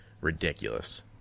ridiculous